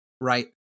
right